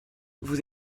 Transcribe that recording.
vous